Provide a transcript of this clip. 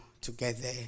together